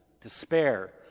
despair